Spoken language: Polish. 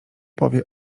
powie